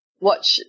watch